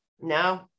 No